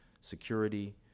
security